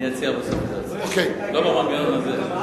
אני אציע בסוף איזה הצעה, לא במנגנון הזה.